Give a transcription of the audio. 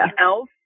else